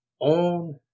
on